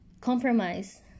compromise